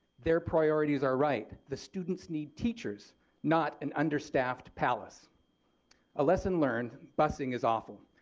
their priorities are right, the students need teachers not an understaffed palace a lesson learned busing is awful.